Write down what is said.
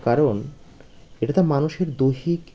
কারণ এটাতে মানুষের দৈহিক